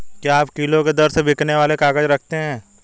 क्या आप किलो के दर से बिकने वाले काग़ज़ रखते हैं?